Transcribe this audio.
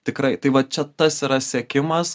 tikrai tai va čia tas yra sekimas